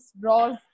draws